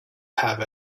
have